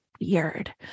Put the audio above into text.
weird